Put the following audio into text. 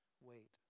wait